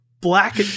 black